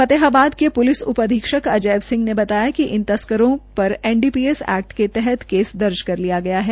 फतेहाबाद के पुलिस उप अधीक्षक अजैब सिंह ने बताया कि इन तस्करों पर N D P S act के तहत केस दर्ज कर लिया गया है